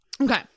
Okay